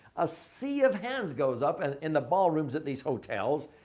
a sea of hands goes up and in the ballrooms at these hotels.